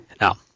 Now